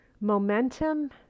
momentum